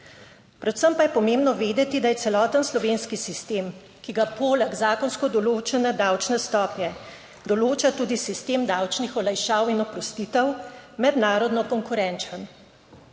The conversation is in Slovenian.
Predvsem pa je pomembno vedeti, da je celoten slovenski sistem, ki ga poleg zakonsko določene davčne stopnje določa tudi sistem davčnih olajšav in oprostitev, mednarodno konkurenčen.